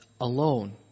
alone